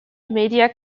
media